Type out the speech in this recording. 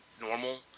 normal